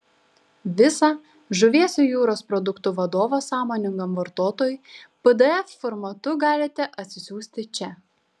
visą žuvies ir jūros produktų vadovą sąmoningam vartotojui pdf formatu galite atsisiųsti čia